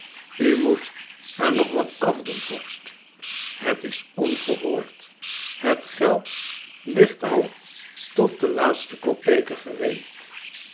u moet er nog wat af doen vorst het is ongehoord het geld ligt al tot de laatste kopeke gereed